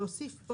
נוסיף: